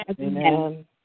Amen